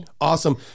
Awesome